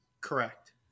Correct